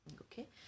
Okay